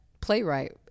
playwright